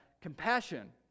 compassion